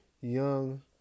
young